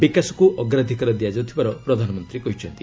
ବିକାଶକୁ ଅଗ୍ରାଧିକାର ଦିଆଯାଉଥିବାର ପ୍ରଧାନମନ୍ତ୍ରୀ କହିଛନ୍ତି